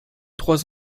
trois